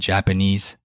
Japanese